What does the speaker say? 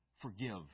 Forgive